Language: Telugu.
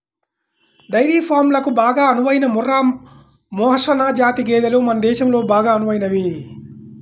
డైరీ ఫారంలకు బాగా అనువైన ముర్రా, మెహసనా జాతి గేదెలు మన దేశంలో బాగా అనువైనవి